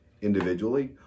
Individually